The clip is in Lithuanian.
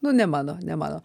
nu ne mano ne mano